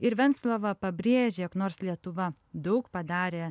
ir venclova pabrėžė jog nors lietuva daug padarė